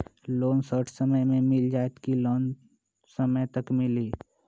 Loan short समय मे मिल जाएत कि लोन समय तक मिली?